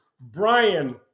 Brian